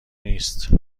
نیست